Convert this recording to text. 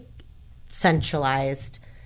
centralized